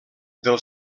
del